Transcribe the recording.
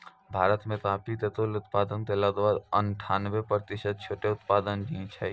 भारत मॅ कॉफी के कुल उत्पादन के लगभग अनठानबे प्रतिशत छोटो उत्पादक हीं छै